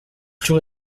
plus